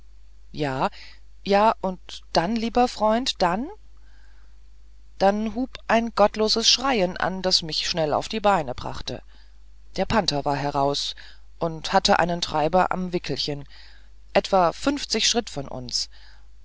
ja ja und dann lieber freund dann dann hub ein gottloses schreien an das mich schnell auf die beine brachte der panther war heraus und hatte einen der treiber am wickelchen etwa fünfzig schritt von uns